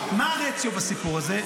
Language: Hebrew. מה הרציו בסיפור הזה?